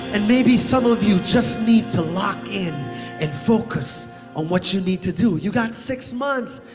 and maybe some of you just need to lock in and focus on what you need to do. you got six months.